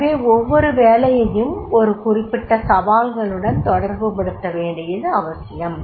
எனவே ஒவ்வொரு வேலையையும் ஒரு குறிப்பிட்ட சவால்களுடன் தொடர்புபடுத்தப்பட வேண்டியது அவசியம்